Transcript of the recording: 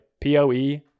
P-O-E